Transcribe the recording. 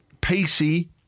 pacey